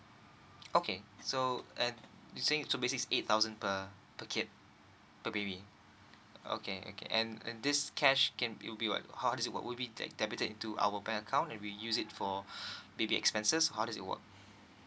okay so uh so basically eight thousand per per kid per baby okay okay and this cash can be will be what how how does it works will be debited into our bank account and we use it for baby expenses how does it work